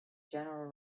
general